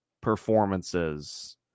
performances